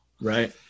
right